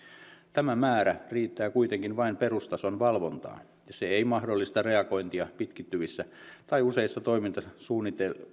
tämä määrä riittää kuitenkin vain perustason valvontaan se ei mahdollista reagointia pitkittyviin tai useilla toimintasuunnilla